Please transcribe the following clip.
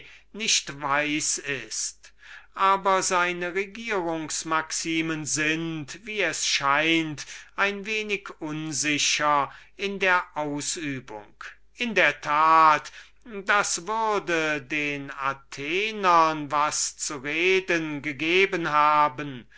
nicht würklich weiß ist aber seine regierungs maximen sind wie es scheint ein wenig unsicher in der ausübung in der tat das würde den atheniensern was zu reden gegeben haben